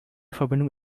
verbindung